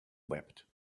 wept